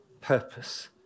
purpose